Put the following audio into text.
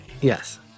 Yes